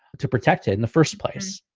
to protect it in the first place.